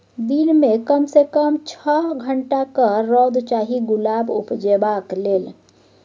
दिन मे कम सँ कम छअ घंटाक रौद चाही गुलाब उपजेबाक लेल